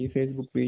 Facebook